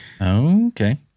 Okay